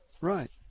Right